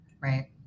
Right